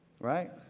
Right